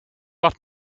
wordt